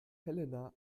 helena